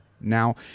now